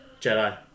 Jedi